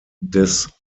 des